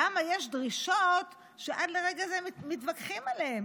למה יש דרישות שעד לרגע זה מתווכחים עליהן?